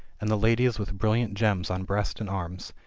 and the ladies with brilliant gems on breast and arms,